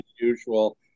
usual